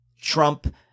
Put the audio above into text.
Trump –